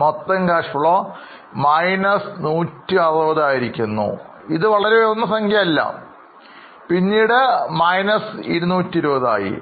മൊത്തം പണമൊഴുക്ക് മൈനസ് 160 ആയിരിക്കുന്നു ഇത് വളരെ ഉയർന്ന സംഖ്യയല്ല പിന്നീട് അത് മൈനസ് 220 ആയി മാറി